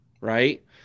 right